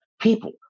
People